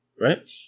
right